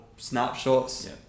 snapshots